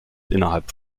innerhalb